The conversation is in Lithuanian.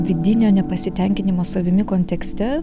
vidinio nepasitenkinimo savimi kontekste